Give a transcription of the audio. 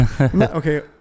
okay